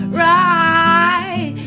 right